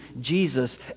Jesus